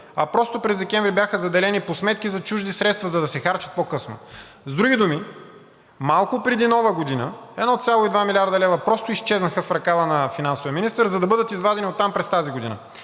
а просто през декември бяха заделени по сметки за чужди средства, за да се харчат по-късно. С други думи, малко преди Нова година 1,2 млрд. лв. просто изчезнаха в ръкава на финансовия министър, за да бъдат извадени оттам през тази година.